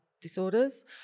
disorders